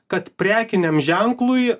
kad prekiniam ženklui